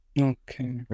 okay